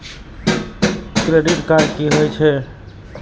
Credit card की होई छै?